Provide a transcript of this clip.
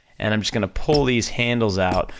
and i'm just gonna pull these handles out,